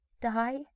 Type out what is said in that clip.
Die